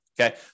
Okay